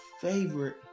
favorite